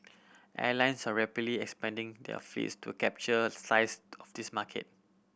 airlines are rapidly expanding their fleets to capture slice of this market